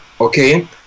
Okay